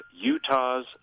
Utah's